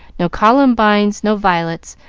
no columbines, no violets,